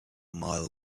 mile